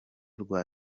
rwa